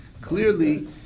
Clearly